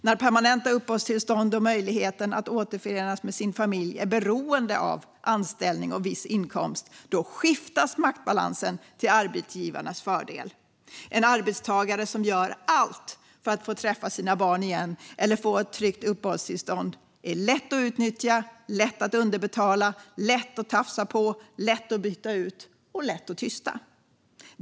När permanenta uppehållstillstånd och möjligheten att återförenas med sin familj är beroende av anställning och viss inkomst skiftas maktbalansen till arbetsgivarnas fördel. En arbetstagare som gör allt för att få träffa sina barn igen eller få ett tryggt uppehållstillstånd är lätt att utnyttja, lätt att underbetala, lätt att tafsa på, lätt att byta ut och lätt att tysta.